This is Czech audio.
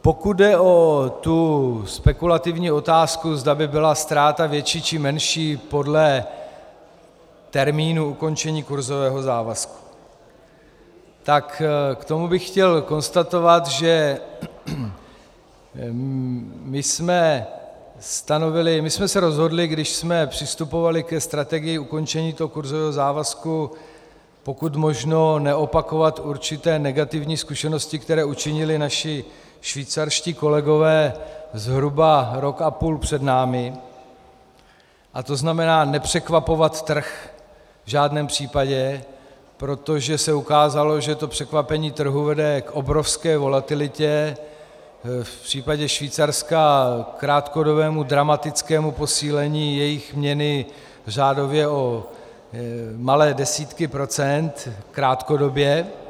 Pokud jde o tu spekulativní otázku, zda by byla ztráta větší či menší podle termínu ukončení kurzového závazku, tak k tomu bych chtěl konstatovat, že jsme se rozhodli, když jsme přistupovali ke strategii ukončení kurzového závazku, pokud možno neopakovat určité negativní zkušenosti, které učinili naši švýcarští kolegové zhruba rok a půl před námi, a to znamená nepřekvapovat trh v žádném případě, protože se ukázalo, že překvapení trhu vede k obrovské volatilitě, v případě Švýcarska ke krátkodobému dramatickému posílení jejich měny řádově o malé desítky procent krátkodobě.